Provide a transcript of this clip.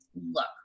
look